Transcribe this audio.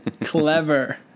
clever